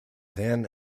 then